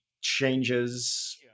changes